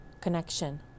connection